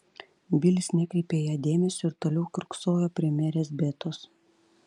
bilis nekreipė į ją dėmesio ir toliau kiurksojo prie merės betos